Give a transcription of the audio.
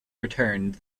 returned